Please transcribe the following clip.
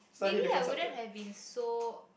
maybe I wouldn't have been so